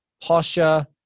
posture